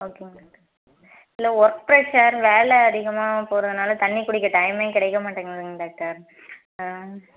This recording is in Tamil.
ஓகேங்க டாக்டர் இல்லை ஒர்க் ப்ரெஷ்ஷர் வேலை அதிகமாக போகிறதுனால தண்ணி குடிக்க டைமே கிடைக்கமாட்டேங்கிதுங்க டாக்டர் ஆ